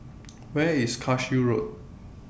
Where IS Cashew Road